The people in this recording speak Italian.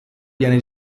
viene